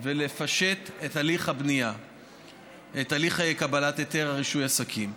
ולפשט את הליך קבלת היתר רישוי עסקים.